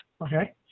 Okay